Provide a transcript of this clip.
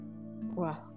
Wow